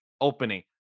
opening